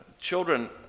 Children